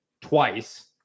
twice